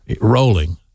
rolling